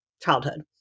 childhood